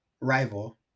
rival